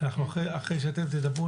אחרי שאתם תדברו,